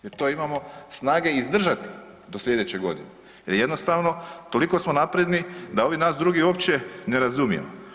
Jer to imam snage izdržat do slijedeće godine jer jednostavno toliko smo napredni da ovi nas drugi uopće ne razumiju.